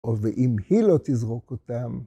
ואם היא לא תזרוק אותם